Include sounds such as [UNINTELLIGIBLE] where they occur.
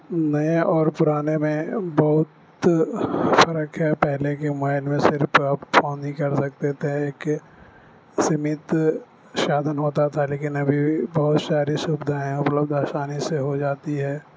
نئے اور پرانے میں بہت فرق ہے پہلے کے موبائل میں صرف آپ فون ہی کر سکتے تھے ایک سیمت سادھن ہوتا تھا لیکن ابھی بہت ساری سویدھائیں ہیں [UNINTELLIGIBLE] آسانی سے ہو جاتی ہے